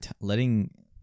letting